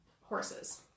horses